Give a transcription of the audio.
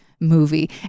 movie